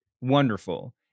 wonderful